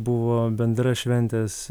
buvo bendra šventės